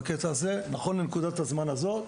בקטע הזה, נכון לנקודת הזמן הזאת,